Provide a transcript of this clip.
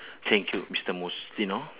thank you mister mustino